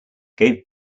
gave